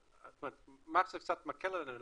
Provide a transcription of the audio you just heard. מה שקצת מקל עלינו,